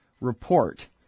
Report